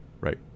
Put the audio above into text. right